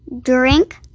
drink